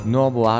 Nuovo